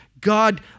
God